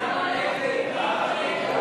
הצבעה.